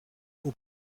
aux